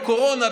בקורונה,